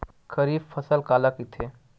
खरीफ फसल काला कहिथे?